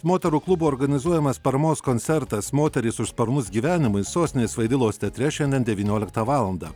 moterų klubo organizuojamas paramos koncertas moterys už sparnus gyvenimui sostinės vaidilos teatre šiandien devynioliktą valandą